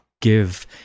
give